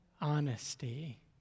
honesty